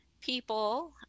people